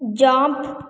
jump